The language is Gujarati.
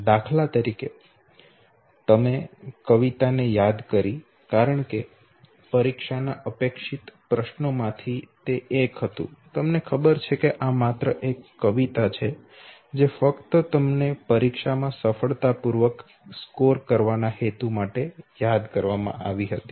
દાખલા તરીકે તમે કવિતા ને યાદ કરી કારણ કે તે પરીક્ષા ના અપેક્ષિત પ્રશ્નોમાંથી એક હતું તમને ખબર છે કે આ માત્ર એક કવિતા છે જે ફક્ત તમને પરીક્ષામાં સફળતાપૂર્વક સ્કોર કરવાના હેતુ માટે યાદ કરવામાં આવી હતી